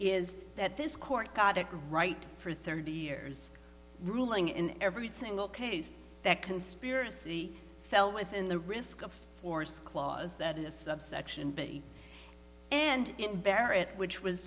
is that this court got it right for thirty years ruling in every single case that conspiracy fell within the risk of force clause that in a subsection b and in barrett which was